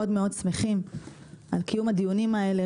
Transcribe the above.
מאוד שמחים על קיום הדיונים האלה,